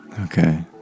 Okay